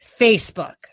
Facebook